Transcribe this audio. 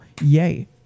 yay